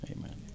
amen